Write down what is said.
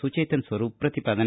ಸುಚೇತನ ಸ್ವರೂಪ್ ಪ್ರತಿಪಾದನೆ